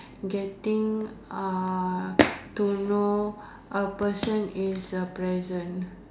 getting uh to know a person is a present